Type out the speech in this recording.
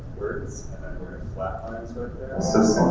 words and and words flat lines right